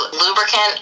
lubricant